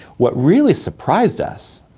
what really surprised us.